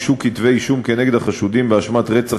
הוגשו כתבי-אישום כנגד החשודים באשמת רצח